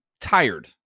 tired